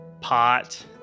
pot